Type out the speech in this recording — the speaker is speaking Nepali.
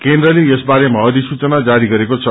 केन्द्रले यस बारेमा अधिसूचना जारी गरेको छ